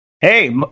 Hey